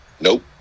nope